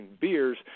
beers